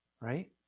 right